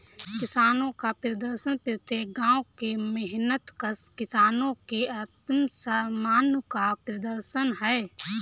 किसानों का प्रदर्शन प्रत्येक गांव के मेहनतकश किसानों के आत्मसम्मान का प्रदर्शन है